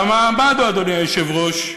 והמעמד, אדוני היושב-ראש,